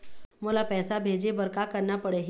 मोला पैसा भेजे बर का करना पड़ही?